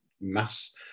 mass